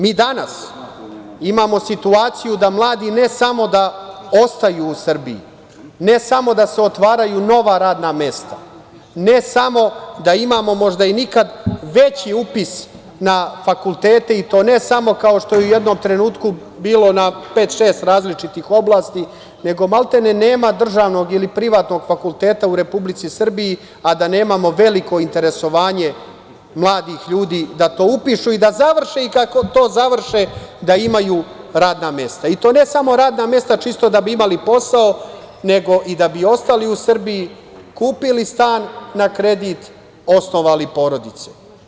Mi danas imamo situaciju da mladi, ne samo da ostaju u Srbiji, ne samo da se otvaraju nova radna mesta, ne samo da imamo možda i nikad veći upis na fakultete, i to ne samo kao što je u jednom trenutku bilo na pet, šest različitih oblasti, nego maltene nema državnog i privatnog fakulteta u Republici Srbiji, a da nemamo veliko interesovanje mladih ljudi da to upišu i da završe i kada to završe da imaju radna mesta, i to ne samo radna mesta čisto da bi imali posao, nego i da bi ostali u Srbiji, kupili stan na kredit, osnovali porodice.